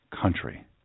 country